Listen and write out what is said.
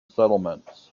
settlements